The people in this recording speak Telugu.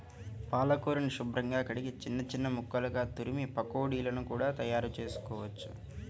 పాలకూరని శుభ్రంగా కడిగి చిన్న చిన్న ముక్కలుగా తురిమి పకోడీలను కూడా తయారుచేసుకోవచ్చు